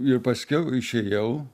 ir paskiau išėjau